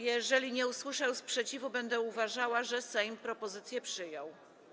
Jeżeli nie usłyszę sprzeciwu, będę uważała, że Sejm propozycje przyjął.